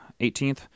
18th